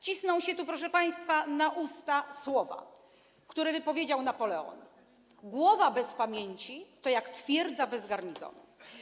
Cisną się tu, proszę państwa, na usta słowa, które wypowiedział Napoleon: Głowa bez pamięci to jak twierdza bez garnizonu.